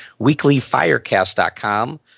weeklyfirecast.com